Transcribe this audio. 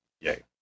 Yay